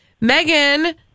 Megan